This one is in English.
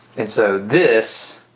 and so this,